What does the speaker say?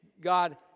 God